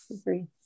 agree